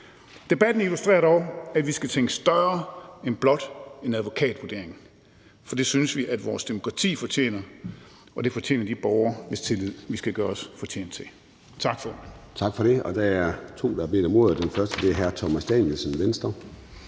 Debatten illustrerer dog, at vi skal tænke større end blot til en advokatvurdering, for det synes vi at vores demokrati fortjener, og det fortjener de borgere, hvis tillid vi skal gøre os fortjent til. Tak,